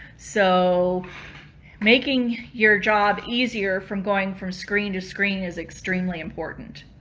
so making your job easier from going from screen to screen is extremely important.